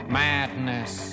madness